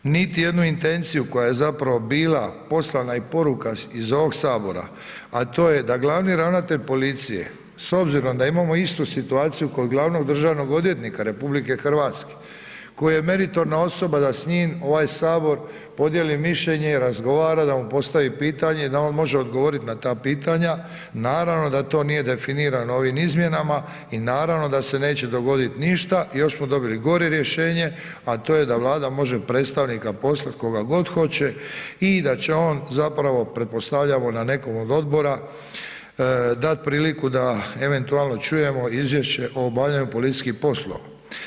Niti jednu intenciju koja je zapravo bila poslana i poruka iz ovog Sabora to je da glavni ravnatelj policije s obzirom da imamo istu situaciju kod glavnog državnog odvjetnika RH koji je meritorna osoba da s njim ovaj Sabor podijeli mišljenje i razgovara, da mu postavi pitanje i da on može odgovoriti na ta pitanja, naravno da to nije definirano ovim izmjenama i naravno da se neće dogoditi ništa, još smo dobili gore rješenje a to je da Vlada može predstavnika poslati koga god hoće i da će on zapravo pretpostavljamo na nekom od odbora dat priliku da eventualno čujemo izvješće o obavljanju policijskih poslova.